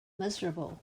miserable